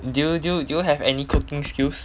do you do you have any cooking skills